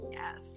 Yes